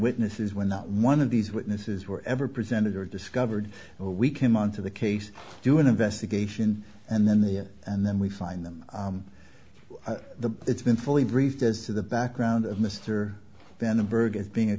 witnesses when not one of these witnesses were ever presented or discovered we came on to the case do an investigation and then the and then we find them the it's been fully briefed as to the background of mr be